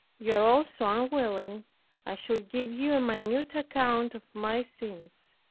you are also unwilling i should give you a minute account of my sins.